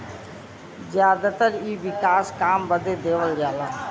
जादातर इ विकास काम बदे देवल जाला